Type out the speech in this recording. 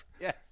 Yes